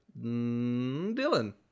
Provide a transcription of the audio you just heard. dylan